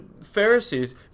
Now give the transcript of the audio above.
Pharisees